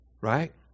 right